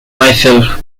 myself